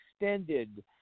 extended